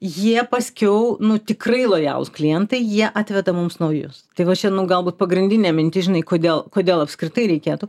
jie paskiau nu tikrai lojalūs klientai jie atveda mums naujus tai va čia nu galbūt pagrindinė mintis žinai kodėl kodėl apskritai reikėtų